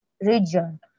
region